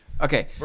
Okay